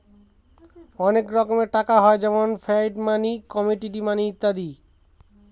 অনেক রকমের টাকা হয় যেমন ফিয়াট মানি, কমোডিটি মানি ইত্যাদি